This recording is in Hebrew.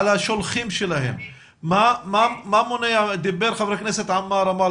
חבר הכנסת עמאר אמר,